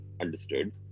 understood